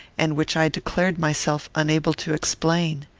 and which i declared myself unable to explain.